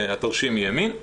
התרשים שמימין,